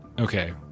Okay